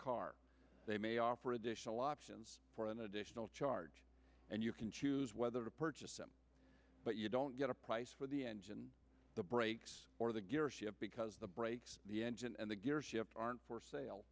car they may offer additional options for an additional charge and you can choose whether to purchase but you don't get a price for the engine the brakes or the gear shift because the brakes the engine and the gear shift aren't for sale